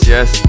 Yes